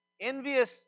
Envious